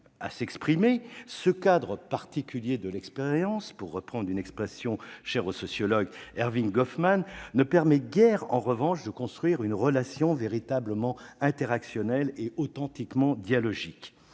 de s'exprimer, ce « cadre particulier de l'expérience », pour reprendre une expression chère au sociologue Erving Goffman, ne permet guère en revanche de construire une relation véritablement interactionnelle et authentiquement dialogique.